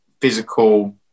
physical